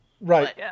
Right